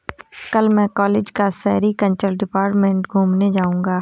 कल मैं कॉलेज का सेरीकल्चर डिपार्टमेंट घूमने जाऊंगा